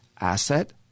asset